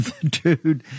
Dude